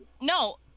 No